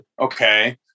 okay